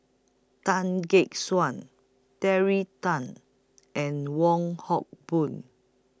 Tan Gek Suan Terry Tan and Wong Hock Boon